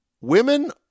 women